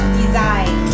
design